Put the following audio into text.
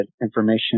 information